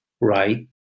right